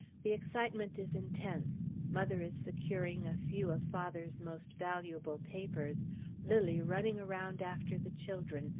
the excitement is intense mother is securing a few of father's most valuable papers lilly running around after the children,